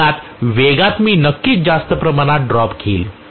मुळात वेगात मी नक्कीच जास्त प्रमाणात ड्रॉप घेईन